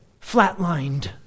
flatlined